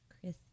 Chris